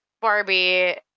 Barbie